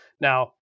Now